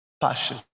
passion